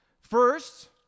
First